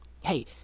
Hey